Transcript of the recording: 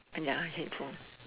and ya headphone